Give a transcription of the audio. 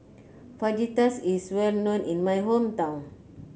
fajitas is well known in my hometown